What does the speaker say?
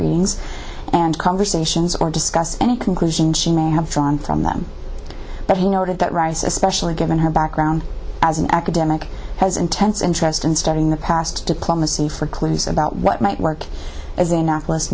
readings and conversations or discuss any conclusion she may have drawn from them but he noted that rice especially given her background as an academic has intense interest in studying the past diplomacy for clues about what might work as a n